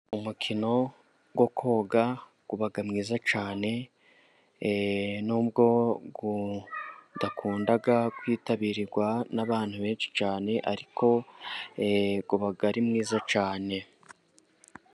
Umukino wo koga uba mwiza cyane, n'ubwo udakunda kwitabirwa n'abantu benshi cyane, ariko uba ari mwiza cyane.